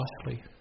costly